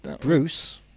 Bruce